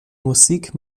musik